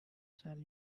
sell